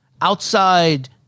outside